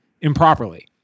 improperly